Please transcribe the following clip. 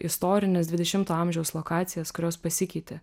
istorines dvidešimto amžiaus lokacijas kurios pasikeitė